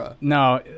No